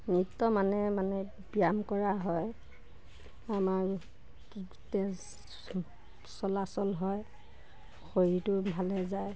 নৃত্য মানে মানে ব্যায়াম কৰা হয় আমাৰ তেজ চলাচল হয় শৰীৰটো ভালে যায়